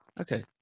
Okay